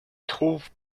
trouve